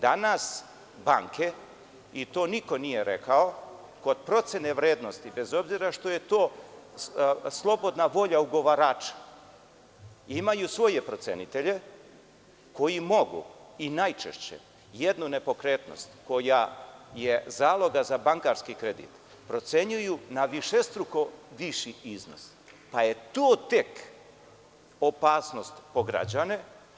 Danas banke, i to niko nije rekao od procene vrednosti bez obzira što je to slobodna volja ugovarača imaju svoje procenitelje koji mogu i najčešće jednu nepokretnost koja je zaloga za bankarski kredit procenjuju na višestruko viši iznos, pa je to tek opasnost po građane.